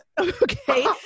okay